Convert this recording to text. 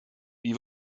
wie